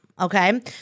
Okay